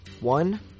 one